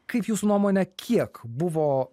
kaip jūsų nuomone kiek buvo